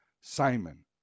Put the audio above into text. Simon